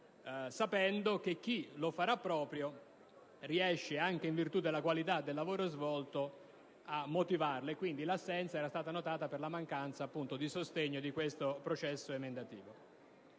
sapendo che chi farà proprio un emendamento, riuscirà, anche in virtù della qualità del lavoro svolto, a motivarlo. L'assenza era stata notata per la mancanza di sostegno a questo processo emendativo.